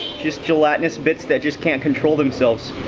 just gelatinous bits that just can't control themselves.